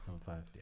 five